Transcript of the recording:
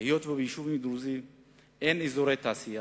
היות שביישובים הדרוזיים אין אזורי תעשייה,